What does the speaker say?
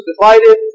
divided